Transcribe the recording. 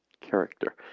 character